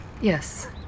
Yes